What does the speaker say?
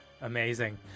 amazing